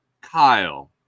Kyle